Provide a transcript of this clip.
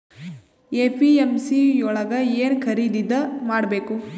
APMC ಯೊಳಗ ಏನ್ ಖರೀದಿದ ಮಾಡ್ಬೇಕು?